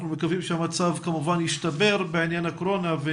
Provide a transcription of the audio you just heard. אנחנו מקווים שהמצב כמובן ישתפר בעניין הקורונה.